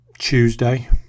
Tuesday